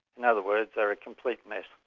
in other words they're a complete mess.